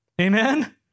Amen